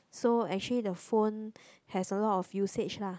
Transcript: so actually the phone has a lot of usage lah